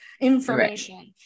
information